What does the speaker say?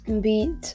beat